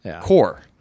core